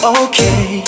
okay